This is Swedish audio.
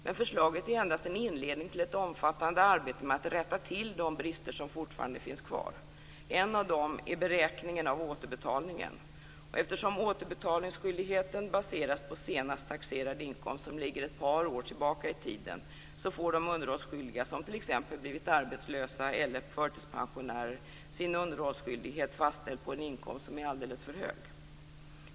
Men förslaget är endast en inledning till ett omfattande arbete med att rätta till de brister som fortfarande finns kvar. En av dem är beräkningen av återbetalningsbeloppet. Eftersom återbetalningsskyldigheten baseras på senast taxerad inkomst, som ligger ett par år tillbaka i tiden, får de underhållsskyldiga som t.ex. blivit arbetslösa eller förtidspensionärer sin underhållsskyldighet fastställd på en inkomst som är alldeles för hög.